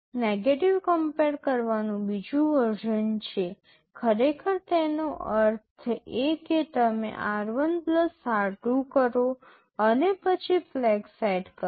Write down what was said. negative compare કરવાનું બીજું version છે ખરેખર તેનો અર્થ એ કે તમે r1 r2 કરો અને પછી ફ્લેગ્સ સેટ કરો